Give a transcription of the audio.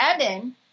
Evan